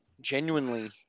genuinely